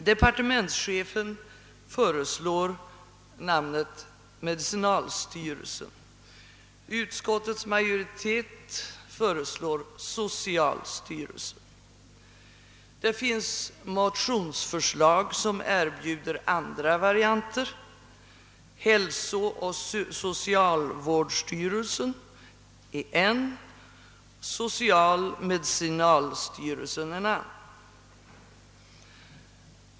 Departementschefen föreslår namnet medicinalstyrelsen, utskottets majoritet föreslår socialstyrelsen. Det finns motionsförslag som erbjuder andra varianter; hälsooch socialvårdsstyrelsen är en, social-medicinalstyrelsen en annan.